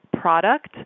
product